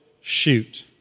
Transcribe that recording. shoot